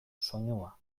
soinua